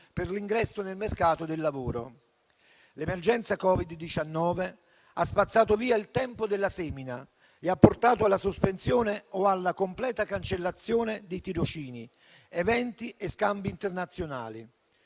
per l'ingresso nel mercato del lavoro. L'emergenza Covid-19 ha spazzato via il tempo della semina e ha portato alla sospensione o alla completa cancellazione di tirocini, eventi e scambi internazionali.